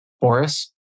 Boris